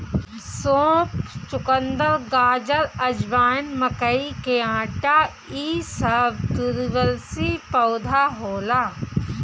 सौंफ, चुकंदर, गाजर, अजवाइन, मकई के आटा इ सब द्विवर्षी पौधा होला